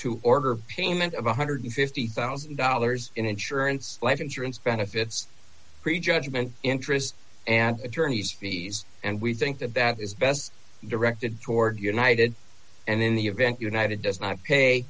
to order payment of one hundred and fifty thousand dollars in insurance life insurance benefits pre judgment interest and attorney's fees and we think that that is best directed toward united and in the event united does not pay